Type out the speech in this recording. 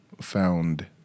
found